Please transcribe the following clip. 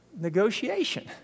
negotiation